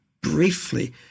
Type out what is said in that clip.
briefly